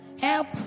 help